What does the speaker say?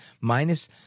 minus